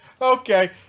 Okay